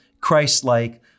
Christ-like